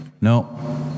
No